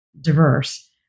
diverse